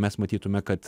mes matytume kad